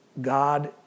God